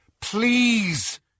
Please